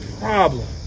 problem